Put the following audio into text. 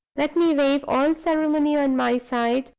let me waive all ceremony on my side,